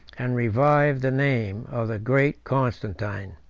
and revive the name, of the great constantine.